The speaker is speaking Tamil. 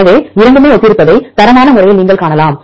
எனவே இரண்டுமே ஒத்திருப்பதை தரமான முறையில் நீங்கள் காணலாம்